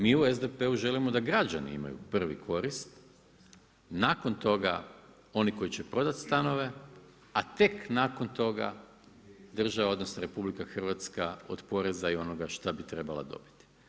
Mi u SDP-u želimo da građani imaju prvi korist, nakon toga oni koji će prodat stanove, a tek nakon toga država odnosno RH od poreza i onoga šta bi trebala dobiti.